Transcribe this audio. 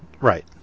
Right